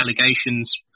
allegations